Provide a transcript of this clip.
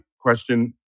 question